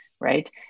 right